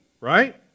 right